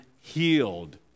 healed